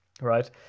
right